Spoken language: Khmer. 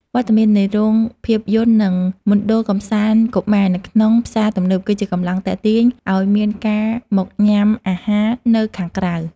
វត្តមាននៃរោងភាពយន្តនិងមណ្ឌលកម្សាន្តកុមារនៅក្នុងផ្សារទំនើប គឺជាកម្លាំងទាក់ទាញឱ្យមានការមកញ៉ាំអាហារនៅខាងក្រៅ។